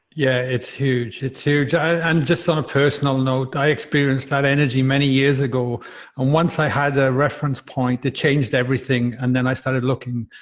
yeah, it's huge. it's huge. i, and just ah personal note, i experienced that energy many years ago and once i had a reference point that changed everything and then i started looking,